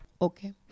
Okay